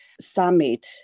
Summit